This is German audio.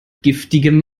giftigem